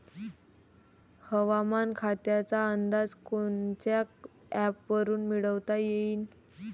हवामान खात्याचा अंदाज कोनच्या ॲपवरुन मिळवता येईन?